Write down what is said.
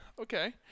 Okay